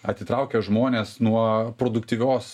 atitraukia žmones nuo produktyvios